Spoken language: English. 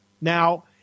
Now